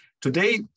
Today